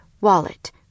Wallet